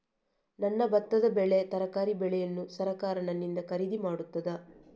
ನನ್ನ ಭತ್ತದ ಬೆಳೆ, ತರಕಾರಿ ಬೆಳೆಯನ್ನು ಸರಕಾರ ನನ್ನಿಂದ ಖರೀದಿ ಮಾಡುತ್ತದಾ?